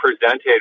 presented